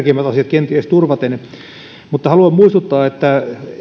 kenties tärkeimmät asiat turvaten mutta haluan muistuttaa että